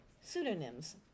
pseudonyms